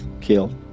killed